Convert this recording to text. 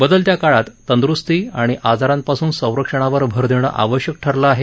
बदलत्या काळात तंदूरुस्ती आणि आजारांपासून संरक्षणावर भर देणं आवश्यक ठरलं आहे